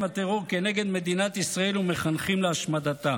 הטרור כנגד מדינת ישראל ומחנכים להשמדתה.